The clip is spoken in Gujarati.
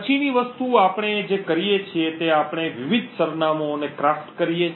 પછીની વસ્તુ આપણે કરીએ છીએ કે આપણે વિવિધ સરનામાંઓ ક્રાફ્ટ કરીએ છીએ